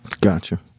Gotcha